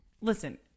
listen